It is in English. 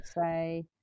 say